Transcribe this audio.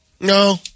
No